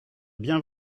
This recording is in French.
bien